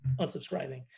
unsubscribing